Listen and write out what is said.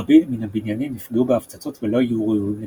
רבים מן הבניינים נפגעו בהפצצות ולא היו ראויים למגורים,